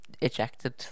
ejected